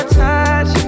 touch